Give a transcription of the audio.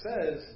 says